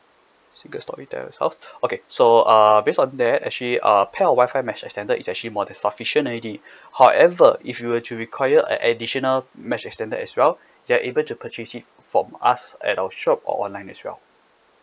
single story terrace house okay so uh based on that actually a pair of Wi-Fi mesh extender is actually more than sufficient already however if you were to require a additional mesh extender as well you are able to purchase it from us at our shop or online as well